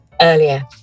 earlier